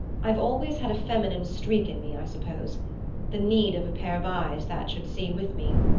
i've always had a feminine streak in me, i suppose the need of a pair of eyes that should see with me,